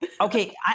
Okay